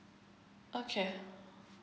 okay